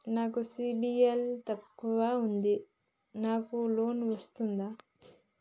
నాకు సిబిల్ తక్కువ ఉంది నాకు లోన్ వస్తుందా?